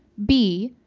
b,